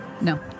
No